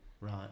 Right